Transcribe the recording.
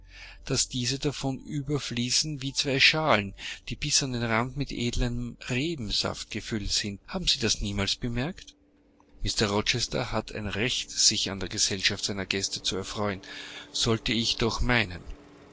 daß diese davon überfließen wie zwei schalen die bis an den rand mit edlem rebensaft gefüllt sind haben sie das niemals bemerkt mr rochester hat ein recht sich an der gesellschaft seiner gäste zu erfreuen sollte ich doch meinen